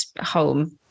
home